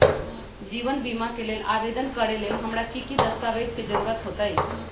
जीवन बीमा के लेल आवेदन करे लेल हमरा की की दस्तावेज के जरूरत होतई?